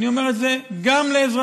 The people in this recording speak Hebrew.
ואני אומר את זה גם לאזרחים